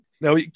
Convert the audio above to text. Now